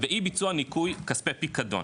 ואי ביצוע ניכוי כספי פיקדון.